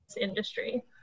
industry